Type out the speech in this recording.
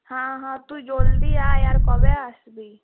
হ্যাঁ হ্যাঁ তুই জলদি আয় আর কবে আসবি